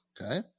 Okay